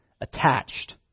attached